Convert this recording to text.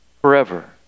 forever